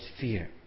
fear